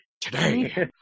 today